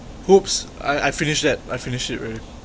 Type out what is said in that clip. hoops I I finished that I finished it already